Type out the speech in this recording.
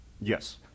Yes